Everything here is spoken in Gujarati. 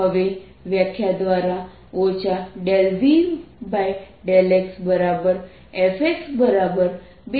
હવે વ્યાખ્યા દ્વારા ∂V∂xFx2xyz છે